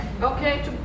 Okay